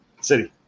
City